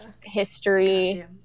history